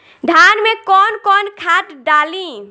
धान में कौन कौनखाद डाली?